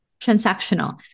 Transactional